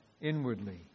inwardly